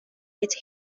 with